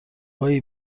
هایی